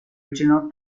regional